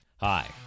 Hi